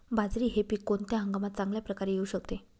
बाजरी हे पीक कोणत्या हंगामात चांगल्या प्रकारे येऊ शकते?